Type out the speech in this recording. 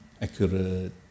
accurate